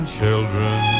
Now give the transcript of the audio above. children